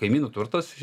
kaimynų turtas